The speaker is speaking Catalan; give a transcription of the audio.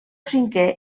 cinquè